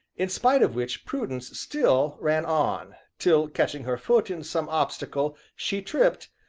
in spite of which prudence still ran on till, catching her foot in some obstacle, she tripped,